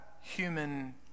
human